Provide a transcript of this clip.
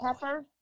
pepper